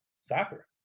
Soccer